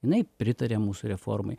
jinai pritarė mūsų reformai